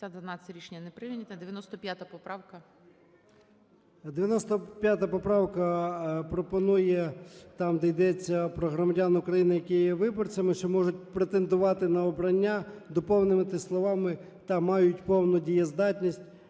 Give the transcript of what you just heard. За-12 Рішення не прийнято. 95 поправка. 17:29:48 ЧЕРНЕНКО О.М. 95 поправка пропонує там, де йдеться про громадян України, які є виборцями, що можуть претендувати на обрання, доповнити словами "та мають повну дієздатність".